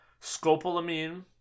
Scopolamine